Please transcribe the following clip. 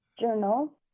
journal